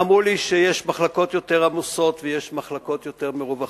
אמרו לי שיש מחלקות יותר עמוסות ויש מחלקות יותר מרווחות,